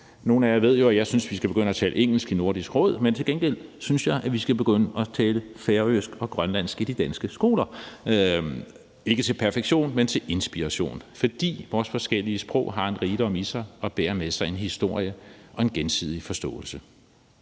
Nogle af jer ved jo, at jeg synes, at vi skal begynde at tale engelsk i Nordisk Råd, men til gengæld synes jeg, at vi skal begynde at tale færøsk og grønlandsk i de danske skoler – ikke til perfektion, men til inspiration – fordi vores forskellige sprog har en rigdom i sig og dermed en historie og gensidig forståelse.